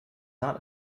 not